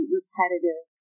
repetitive